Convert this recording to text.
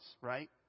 Right